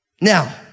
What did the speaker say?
Now